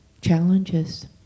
challenges